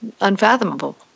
unfathomable